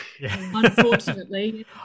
Unfortunately